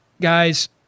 guys